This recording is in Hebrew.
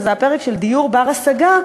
שזה הפרק של דיור בר-השגה,